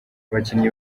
abakinnyi